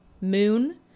moon